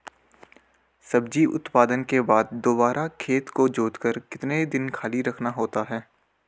सब्जी उत्पादन के बाद दोबारा खेत को जोतकर कितने दिन खाली रखना होता है?